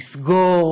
לסגור,